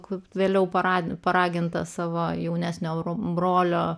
kaip vėliau paradiniu paraginta savo jaunesniojo brolio